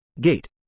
GATE